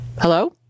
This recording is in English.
Hello